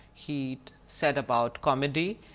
he said about comedy,